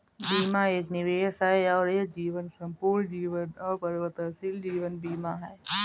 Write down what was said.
बीमा एक निवेश है और यह जीवन, संपूर्ण जीवन और परिवर्तनशील जीवन बीमा है